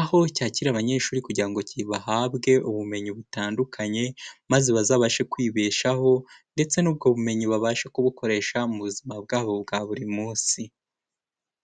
aho cyakira abanyeshuri kugira ngo bahabwe ubumenyi butandukanye maze bazabashe kwibeshaho, ndetse n'ubwo bumenyi babashe kubukoresha mu buzima bwabo bwa buri munsi.